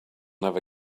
never